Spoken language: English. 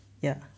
ya